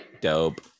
Dope